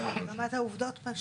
ברמת העובדות פשוט.